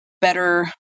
better